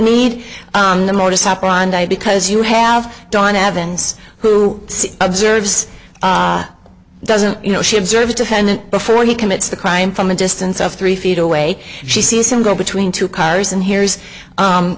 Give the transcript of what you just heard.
need the modus operandi because you have don evans who observes doesn't you know she observes defendant before he commits the crime from a distance of three feet away she sees him go between two cars and he